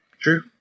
True